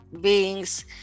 beings